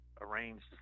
arranged